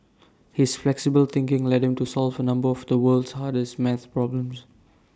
his flexible thinking led him to solve A number of the world's hardest maths problems